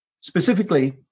Specifically